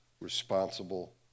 responsible